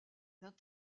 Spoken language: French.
d’un